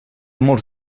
molts